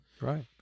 Right